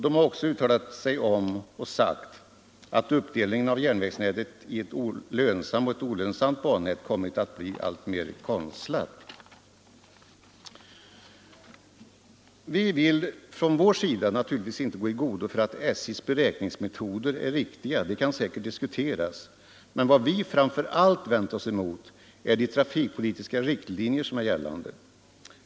De har också sagt att uppdelningen av järnvägsnätet i ett lönsamt och ett olönsamt bannät kommit att bli alltmer konstlad. Vi vill på vårt håll naturligtvis inte gå i god för att SJ:s beräkningsmetoder är riktiga. De kan säkert diskuteras. Men vad vi framför allt vänt oss emot är de trafikpolitiska riktlinjer som är gällande.